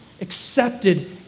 accepted